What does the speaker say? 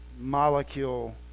molecule